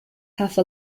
have